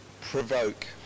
provoke